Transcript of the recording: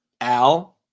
Al